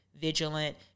vigilant